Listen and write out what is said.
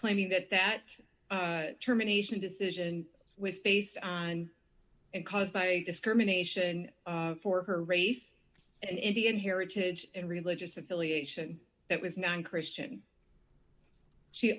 claiming that that terminations decision was based on and caused by discrimination for her race and indian heritage and religious affiliation that was non christian she